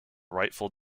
rightful